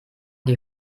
die